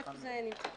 איך זה מתבצע?